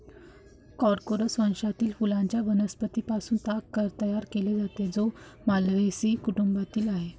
Corchorus वंशातील फुलांच्या वनस्पतीं पासून ताग तयार केला जातो, जो माल्व्हेसी कुटुंबातील आहे